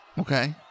Okay